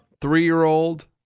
three-year-old